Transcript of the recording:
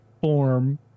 form